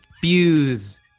fuse